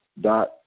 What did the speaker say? dot